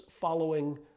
following